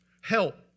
help